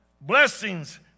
blessings